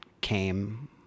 came